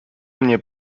mnie